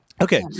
okay